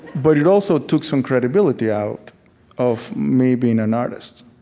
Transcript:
but it also took some credibility out of me being an artist.